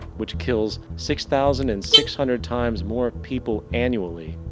which kills six thousand and six hundred times more people annually,